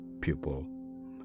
pupil